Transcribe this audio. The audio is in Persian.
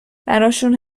براشون